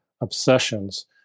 obsessions